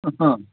હ હ